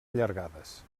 allargades